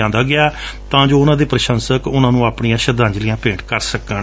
ਲਿਆਉਂਦਾ ਗਿਆ ਤਾਂ ਜੋ ਉਨੂਾਂ ਦੇ ਪ੍ਸਸਕ ਉਨੂਾਂ ਨੂੰ ਆਪਣੀਆਂ ਸ਼ਰਧਾਂਜਲੀਆਂ ਭੇਟ ਕਰ ਸਕਣ